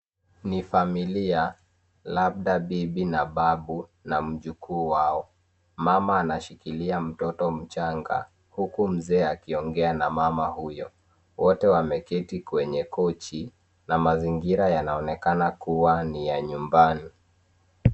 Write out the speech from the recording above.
Ni familia, labda bibi na babu na mjukuu wao. Mama anashikilia mtoto mchanga, huku mzee akiongea na mama huyo. Wote wameketi kwenye kochi, na mazingira yaaonekana kua ni ya nyumbani.